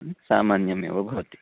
सामान्यमेव भवति